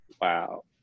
Wow